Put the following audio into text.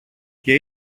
και